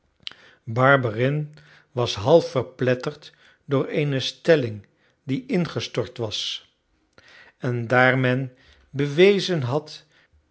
barberin was half verpletterd door eene stelling die ingestort was en daar men bewezen had